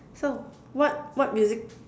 so what what music